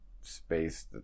space